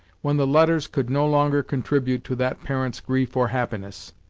when the letters could no longer contribute to that parent's grief or happiness.